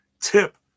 tip